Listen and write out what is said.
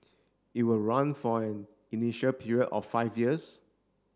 it will run for an initial period of five years